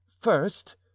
first